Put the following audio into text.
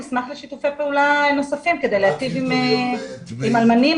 אנחנו נשמח לשיתופי פעולה נוספים כדי להיטיב עם אלמנים,